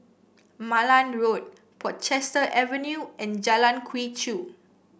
Malan Road Portchester Avenue and Jalan Quee Chew